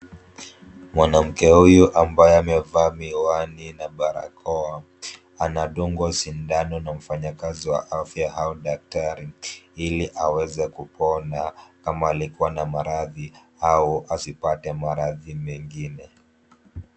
Mwanamke huyu ambaye amevaa miwani na barakoa, anadungwa sindano na mfanyakazi wa afya au daktari ili aweze kupona kama alikua na maradhi au asipate maradhi mengine.